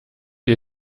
ihr